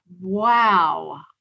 Wow